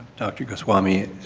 dr. gotswami.